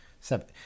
seven